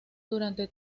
durante